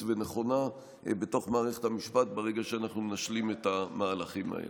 ונכונה בתוך מערכת המשפט ברגע שאנחנו נשלים את המהלכים האלה.